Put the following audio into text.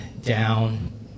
down